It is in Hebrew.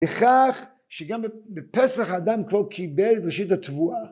לכך שגם בפסח האדם כבר קיבל את ראשית התבואה